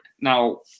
Now